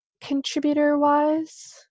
contributor-wise